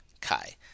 Kai